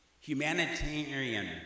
humanitarian